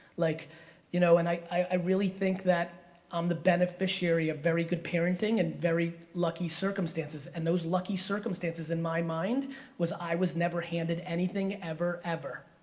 like you know and i i really think that i'm the beneficiary of very good parenting and very lucky circumstances and those lucky circumstances in my mind was i was never handed anything ever, ever.